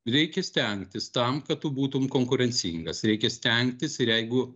reikia stengtis tam kad tu būtum konkurencingas reikia stengtis ir jeigu